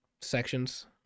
sections